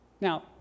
Now